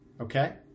Okay